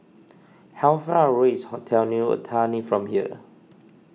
how far away is Hotel New Otani from here